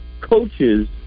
coaches